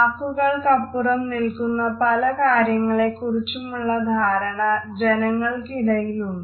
വാക്കുകൾക്കപ്പുറം നില്ക്കുന്ന പല കാര്യങ്ങളെക്കുറിച്ചുമുള്ള ധാരണ ജനങ്ങൾക്കിടയിലുണ്ട്